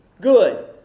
good